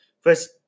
first